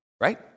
right